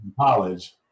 college